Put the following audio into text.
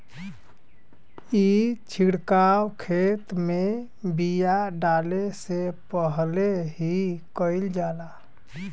ई छिड़काव खेत में बिया डाले से पहिले ही कईल जाला